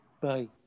Bye